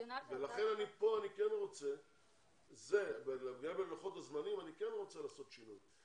ולכן כאן אני כן רוצה בלוחות הזמנים לעשות שינוי.